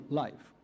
life